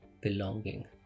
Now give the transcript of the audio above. belonging